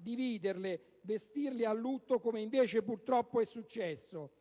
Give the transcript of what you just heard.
dividerle e a vestirle a lutto, come invece purtroppo è successo.